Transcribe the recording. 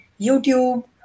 YouTube